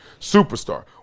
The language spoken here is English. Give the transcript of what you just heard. Superstar